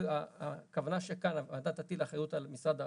הכוונה שכאן הוועדה תטיל אחריות על משרד הבריאות.